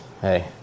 hey